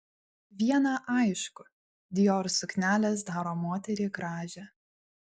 viena aišku dior suknelės daro moterį gražią